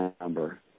number